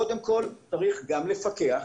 קודם כול צריך גם לפקח,